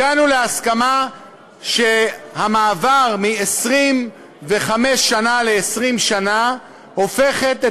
הגענו להסכמה שהמעבר מ-25 שנה ל-20 שנה הופך את